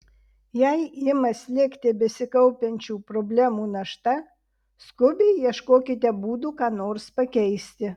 jei ima slėgti besikaupiančių problemų našta skubiai ieškokite būdų ką nors pakeisti